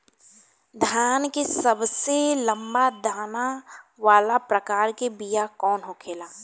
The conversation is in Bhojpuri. धान के सबसे लंबा दाना वाला प्रकार के बीया कौन होखेला?